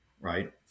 right